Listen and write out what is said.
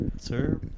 sir